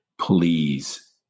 please